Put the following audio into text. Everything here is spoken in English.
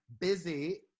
busy